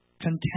content